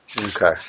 Okay